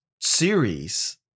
series